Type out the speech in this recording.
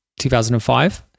2005